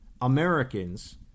Americans